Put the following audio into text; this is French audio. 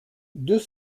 deux